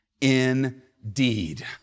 indeed